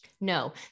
No